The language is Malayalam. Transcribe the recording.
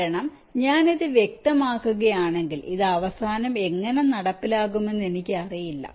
കാരണം ഞാൻ ഇത് വ്യക്തമാക്കുകയാണെങ്കിൽ ഇത് അവസാനം എങ്ങനെ നടപ്പാക്കുമെന്ന് എനിക്കറിയില്ല